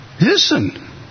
listen